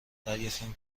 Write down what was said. دریافتم